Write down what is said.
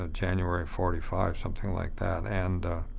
ah january of forty five, something like that. and